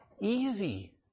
easy